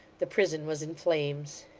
the prison was in flames.